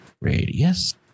radius